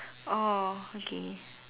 okay